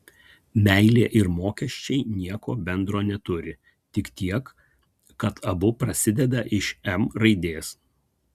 meilė ir mokesčiai nieko bendro neturi tik tiek kad abu prasideda iš m raidės